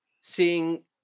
Seeing